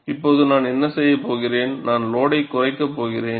இப்போது நான் என்ன செய்யப் போகிறேன் நான் லோடை குறைக்கப் போகிறேன்